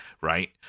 right